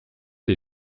des